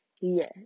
yes